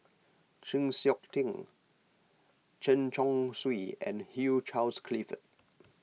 Chng Seok Tin Chen Chong Swee and Hugh Charles Clifford